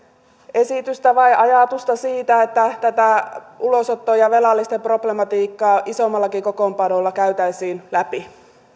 esitystä ajatusta siitä että tätä ulosottoa ja velallisten problematiikkaa isommallakin kokoonpanolla käytäisiin läpi